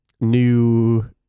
new